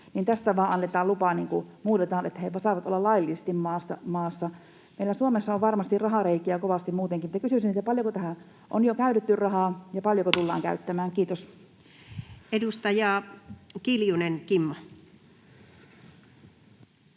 lupa ja muutetaan niin, että hepä saavat olla laillisesti maassa. Meillä Suomessa on varmasti rahareikiä kovasti muutenkin, niin että kysyisin: paljonko tähän on jo käytetty rahaa, ja paljonko tullaan käyttämään? — Kiitos. [Speech 73]